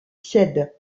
tiède